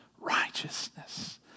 righteousness